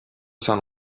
son